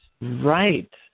Right